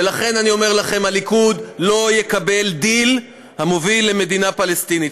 ולכן אני אומר לכם: הליכוד לא יקבל דיל המוביל למדינה פלסטינית.